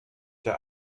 der